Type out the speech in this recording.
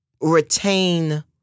retain